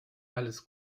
alles